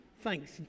Thanks